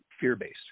fear-based